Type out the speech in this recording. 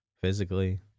physically